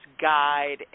guide